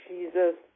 Jesus